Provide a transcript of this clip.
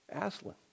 Aslan